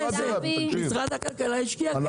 --- משרד הכלכלה השקיע כסף.